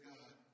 God